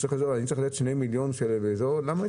למה?